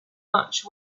much